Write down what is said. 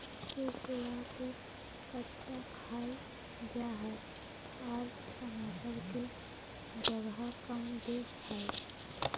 चिचिंडा के कच्चा खाईल जा हई आर टमाटर के जगह काम दे हइ